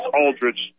Aldridge